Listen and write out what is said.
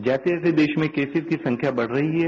जैसे जैसे देश में केसेस की संख्या बढ़ रही है